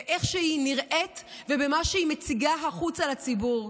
באיך שהיא נראית ובמה שהיא מציגה החוצה לציבור.